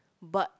but